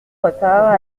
retard